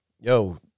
Yo